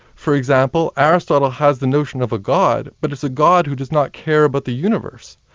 for example, aristotle has the notion of a god, but it's a god who does not care about the universe.